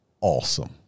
awesome